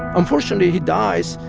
unfortunately, he dies,